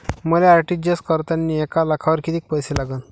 मले आर.टी.जी.एस करतांनी एक लाखावर कितीक पैसे लागन?